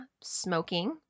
smoking